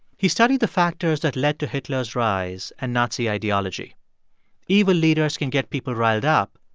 he studied the factors that led to hitler's rise and nazi ideology evil leaders can get people riled up,